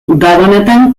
gabonetan